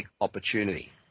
opportunity